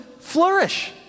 flourish